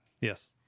Yes